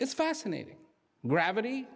it's fascinating gravity